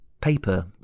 Paper